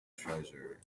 treasure